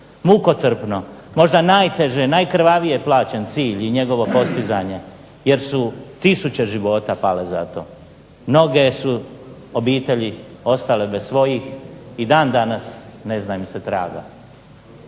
Mukotrpno, možda najteže, najkrvavije plaćen cilj i njegovo postizanje jer su tisuće života pale za to. Mnoge su obitelji ostale bez svojih i dan danas ne zna im se traga.